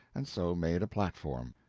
and so made a platform.